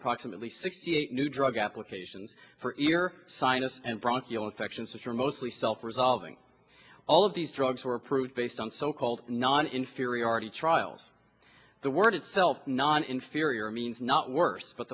approximately sixty eight new drug applications for ear sinus and bronchial infection such are mostly self resolving all of these drugs were approved based on so called non inferiority trials the word itself non inferior means not worse